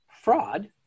fraud